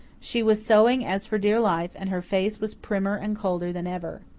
she was sewing as for dear life, and her face was primmer and colder than ever.